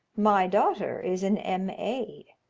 my daughter is an m a.